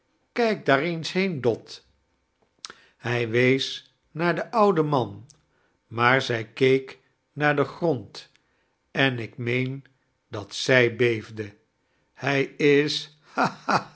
kijk daar eens heen dot hij wees naar den ouden man maar zij keek naar den grond en ik meen dat zij beefde hij is